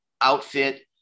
outfit